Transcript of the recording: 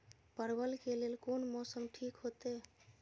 परवल के लेल कोन मौसम ठीक होते?